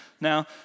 Now